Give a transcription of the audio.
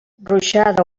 ruixada